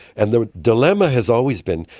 and the dilemma has always been,